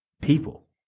people